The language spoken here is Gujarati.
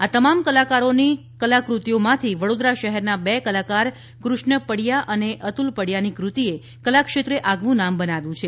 આ તમામ કલાકારોની આ કલાક્રતિઓમાંથી વડોદરા શહેરના બે કલાકાર કૃષ્ણ પડિયા અને અતુલ પડિયાની કૃત્તિએ કલાક્ષેત્રે આગવું નામ બનાવ્યું છે